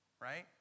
Right